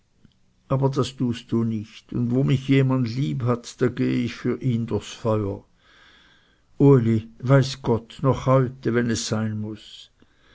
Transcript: aber das tust du nicht und wo mich jemand lieb hat da gehe ich für ihn durchs feuer uli weiß gott noch heute wenn es sein muß